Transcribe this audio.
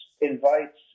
invites